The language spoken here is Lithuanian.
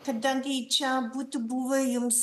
kadangi čia būtų buvę jums